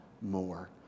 more